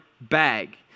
bag